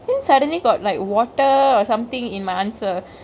then suddenly got like water or somethingk in my answer